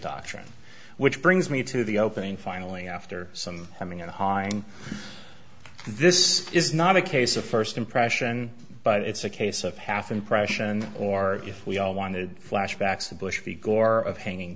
doctrine which brings me to the opening finally after some coming out hein this is not a case of first impression but it's a case of half impression or if we all wanted flashbacks of bush v gore of hanging